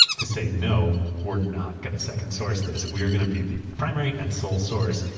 to say, no, we're not going to second source this. we're going to be the primary and sole source.